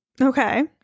Okay